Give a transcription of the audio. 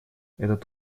этот